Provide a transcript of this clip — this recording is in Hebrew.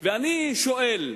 ואני שואל: